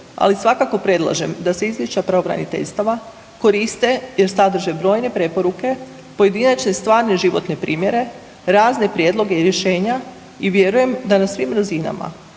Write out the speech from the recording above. ali svakako predlažem da se izvješća pravobraniteljstava koriste jer sadrže brojne preporuke, pojedinačne, stvarne, životne primjere, razne prijedloge i rješenja i vjerujem da na svim razinama